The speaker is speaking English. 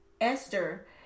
Esther